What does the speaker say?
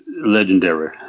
legendary